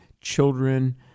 children